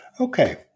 Okay